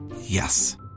Yes